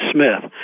Smith